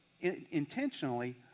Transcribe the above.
intentionally